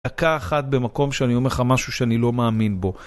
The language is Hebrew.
דקה אחת במקום שאני אומר לך משהו שאני לא מאמין בו.